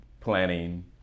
planning